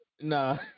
Nah